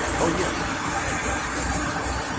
oh yes, replied gust, scratching his head.